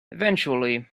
eventually